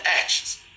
actions